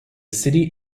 city